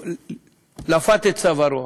לפת את צווארו,